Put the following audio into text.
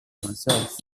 myself